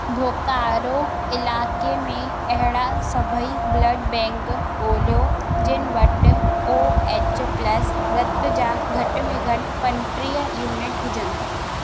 बोकारो इलाइके में अहिड़ा सभई ब्लड बैंक ॻोल्हियो जिन वटि ओ एच रत जा घटि में घटि पंटीह यूनिट हुजनि